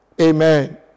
Amen